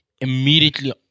immediately